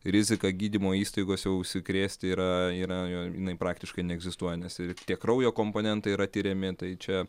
rizika gydymo įstaigose užsikrėsti yra yra jo jinai praktiškai neegzistuoja nes ir tie kraujo komponentai yra tiriami tai čia